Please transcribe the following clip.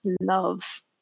love